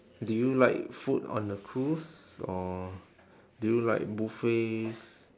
do you like food on a cruise or do you like buffets